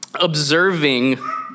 Observing